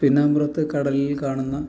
പിന്നാമ്പുറത്ത് കടലിൽ കാണുന്ന